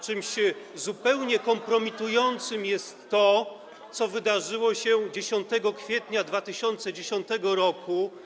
Czymś zupełnie kompromitującym jest to, co wydarzyło się 10 kwietnia 2010 r.